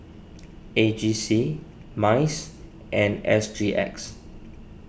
A G C Minds and S G X